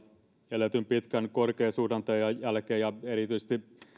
eletyn pitkän korkeasuhdanteen jälkeen ja erityisesti